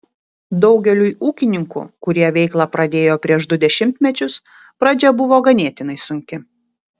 daugeliui ūkininkų kurie veiklą pradėjo prieš du dešimtmečius pradžia buvo ganėtinai sunki